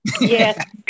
Yes